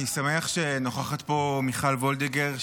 אני שמח שנוכחת פה מיכל וולדיגר,